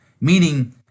meaning